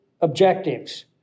objectives